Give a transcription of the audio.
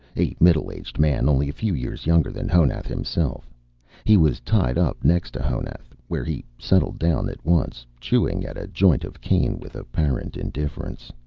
a middle-aged man only a few years younger than honath himself he was tied up next to honath, where he settled down at once, chewing at a joint of cane with apparent indifference.